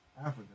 Africa